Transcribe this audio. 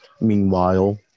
Meanwhile